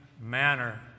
manner